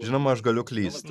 žinoma aš galiu klysti